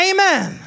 Amen